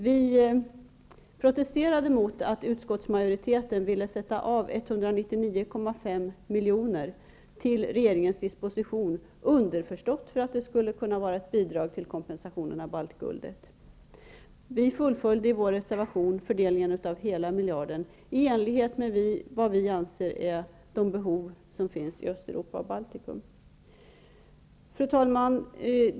Vi protesterade mot att utskottsmajoriteten ville sätta av 199,5 miljoner kronor till regeringens disposion, underförstått för att det skulle kunna vara ett bidrag till kompensationen av baltguldet. Vi fullföljde i vår reservation fördelningen av hela miljarden i enlighet med de behov vi anser finns i Östeuropa och Baltikum. Fru talman!